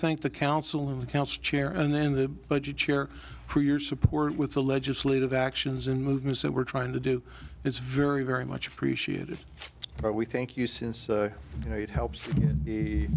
thank the council accounts chair and then the budget chair for your support with the legislative actions in movement so we're trying to do it's very very much appreciated but we thank you since you know it helps the